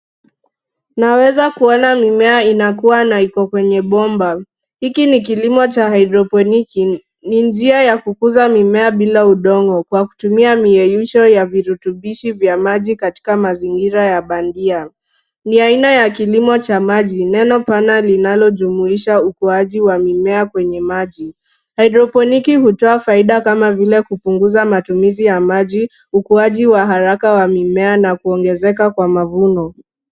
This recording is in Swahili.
Naweza kuona mimea inakuwa na iko kwenye bomba. Hiki ni kilimo cha hydroponiki. Ni njia ya kukuza mimea bila udongo, kwa kutumia miyeyusho ya virutubishi vya maji katika mazingira ya bandia. Ni aina ya kilimo cha maji, neno pana linalojumuisha ukuaji wa mimea kwenye maji. Hydroponiki hutoa faida kama vile: kupunguza matumizi ya maji, ukuaji wa haraka wa mimea, na kuongezeka kwa mavuno.